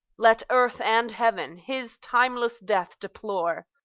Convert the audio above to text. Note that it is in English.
let earth and heaven his timeless death deplore,